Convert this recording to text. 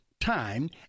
time